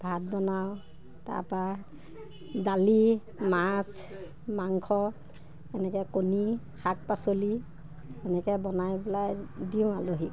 ভাত বনাওঁ তাপা দালি মাছ মাংস এনেকৈ কণী শাক পাচলি এনেকৈ বনাই পেলাই দিওঁ আলহীক